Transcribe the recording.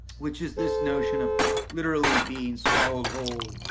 which is this notion of literally being swallowed whole,